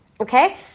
Okay